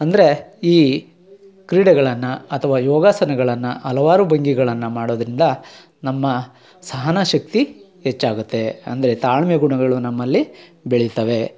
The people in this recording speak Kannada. ಅಂದರೆ ಈ ಕ್ರೀಡೆಗಳನ್ನು ಅಥ್ವ ಯೋಗಾಸನಗಳನ್ನು ಹಲವಾರು ಭಂಗಿಗಳನ್ನ ಮಾಡೋದ್ರಿಂದ ನಮ್ಮ ಸಹನ ಶಕ್ತಿ ಹೆಚ್ಚಾಗುತ್ತೆ ಅಂದರೆ ತಾಳ್ಮೆ ಗುಣಗಳು ನಮ್ಮಲ್ಲಿ ಬೆಳಿತವೆ